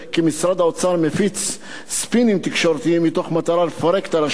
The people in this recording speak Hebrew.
משרד האוצר מפיץ ספינים תקשורתיים מתוך מטרה לפרק את הרשות